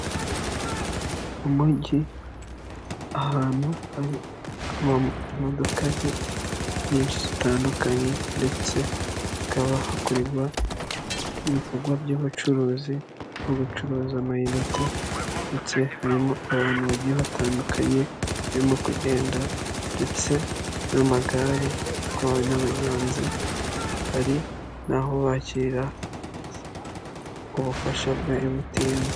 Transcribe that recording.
Umujyi ahantu hari imodoka nke nyinshi zitandukanye ndetse hakaba hakorerwa ibikorwa by'ubucuruzi nko gucuruza amayinite ndetse harimo abantu bagiye batandukanye barimo kugenda ndetse n'amagare atwawe n'abanyonzi, hari naho bakira ubufasha bwa emutiyeni.